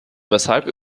weshalb